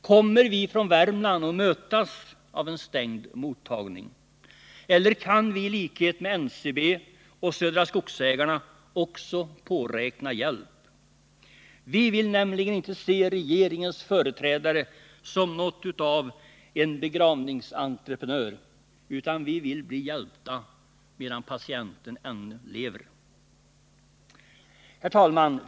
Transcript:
Kommer vi från Värmland att mötas av en stängd mottagning, eller kan vi i likhet med NCB och Södra Skogsägarna också påräkna hjälp? Vi vill nämligen inte se regeringens företrädare som något av en begravningsentreprenör, utan vi vill bli hjälpta medan patienten ännu lever. Herr talman!